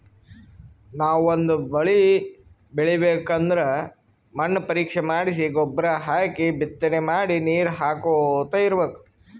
ನಾವ್ ಒಂದ್ ಬಳಿ ಬೆಳಿಬೇಕ್ ಅಂದ್ರ ಮಣ್ಣ್ ಪರೀಕ್ಷೆ ಮಾಡ್ಸಿ ಗೊಬ್ಬರ್ ಹಾಕಿ ಬಿತ್ತನೆ ಮಾಡಿ ನೀರ್ ಹಾಕೋತ್ ಇರ್ಬೆಕ್